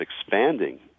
expanding